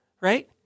right